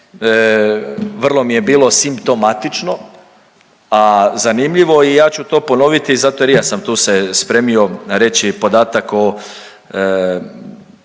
Vrlo mi je bilo simptomatično, zanimljivo i ja ću to ponoviti zato jer i ja sam tu se spremio reći podatak o